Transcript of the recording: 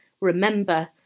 remember